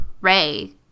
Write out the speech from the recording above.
Ray